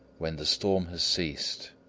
when the storm has ceased,